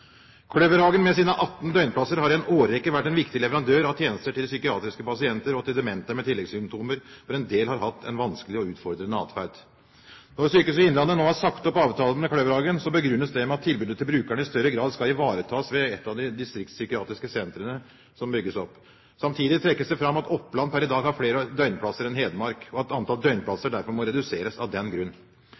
Kløverhagen, med sine 18 døgnplasser, har i en årrekke vært en viktig leverandør av tjenester til psykiatriske pasienter og til demente med tilleggssymptomer, hvorav en del har hatt en vanskelig og utfordrende adferd. Når Sykehuset Innlandet nå har sagt opp avtalen med Kløverhagen, begrunnes det med at tilbudet til brukerne i større grad skal ivaretas ved et av de distriktspsykiatriske sentrene som bygges opp. Samtidig trekkes det fram at Oppland per i dag har flere døgnplasser enn Hedmark, og at antallet døgnplasser derfor må reduseres.